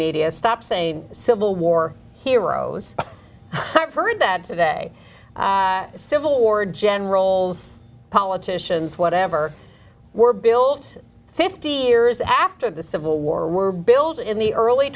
media stops a civil war heroes i've heard that today civil war generals politicians whatever were built fifty years after the civil war were built in the early